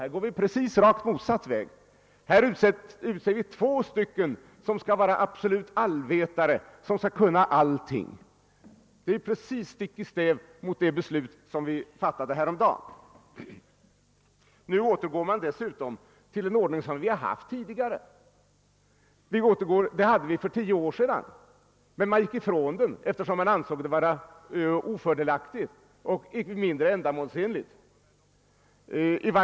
Här går vi rakt motsatt väg och utser två personer som skall vara allvetare, och det är precis stick i stäv mot det beslut vi fattade häromdagen. Dessutom återgår vi då till en ordning som vi haft tidigare, nämligen för tio år sedan, men som vi gick ifrån därför att den ansågs ofördelaktig och mindre ändamålsenlig.